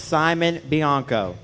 simon bianco